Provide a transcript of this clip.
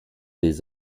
des